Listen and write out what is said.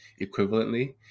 equivalently